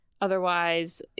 Otherwise